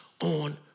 on